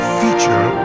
feature